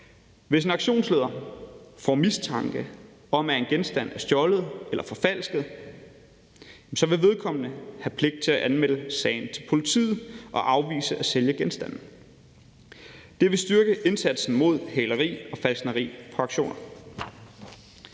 Hvis en auktionsleder får mistanke om, at en genstand er stjålet eller forfalsket, vil vedkommende have pligt til at anmelde sagen til politiet og afvise at sælge genstanden. Det vil styrke indsatsen mod hæleri og falskneri på auktionerne.